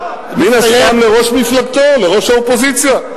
לראש מפלגתו, לראש האופוזיציה.